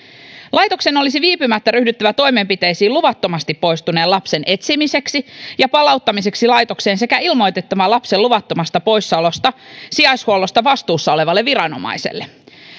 laitoksen olisi viipymättä ryhdyttävä toimenpiteisiin luvattomasti poistuneen lapsen etsimiseksi ja palauttamiseksi laitokseen sekä ilmoitettava lapsen luvattomasta poissaolosta sijaishuollosta vastuussa olevalle viranomaiselle